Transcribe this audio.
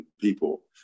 people